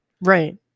Right